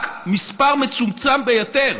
רק מספר מצומצם ביותר